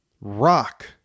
rock